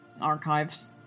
archives